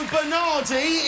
Bernardi